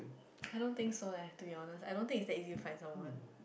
I don't think so eh to be honest I don't think it's that easy to find someone